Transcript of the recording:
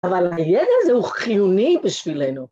אבל הידע הזה הוא חיוני בשבילנו.